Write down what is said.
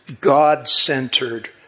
God-centered